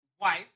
wife